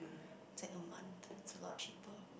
it's like a month and it's a lot cheaper